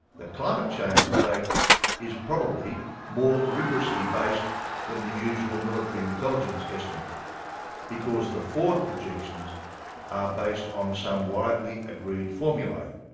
the climate change debate is probably more rigorously based than the usual military intelligence estimate because the forward projections are based on some widely agreed formulae,